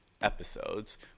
episodes